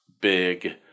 Big